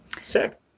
Sick